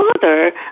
father